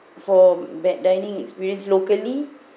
for bad dining experience locally